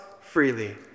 freely